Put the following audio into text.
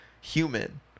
human